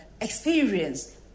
experience